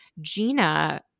Gina